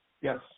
Yes